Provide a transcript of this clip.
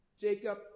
Jacob